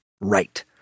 right